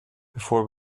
before